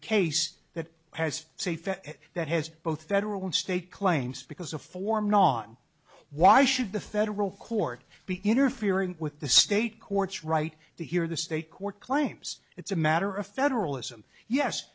case that has safe that has both federal and state claims because a form non why should the federal court be interfering with the state courts right to hear the state court claims it's a matter of federalism yes